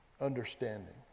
understanding